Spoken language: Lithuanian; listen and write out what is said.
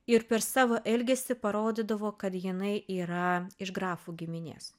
ir per savo elgesį parodydavo kad jinai yra iš grafų giminės